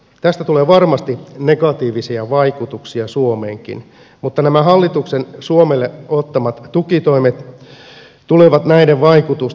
tästä tulee varmasti negatiivisia vaikutuksia suomeenkin mutta nämä hallituksen suomelle ottamat tukitoimet tulevat näiden vaikutusten päälle